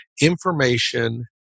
information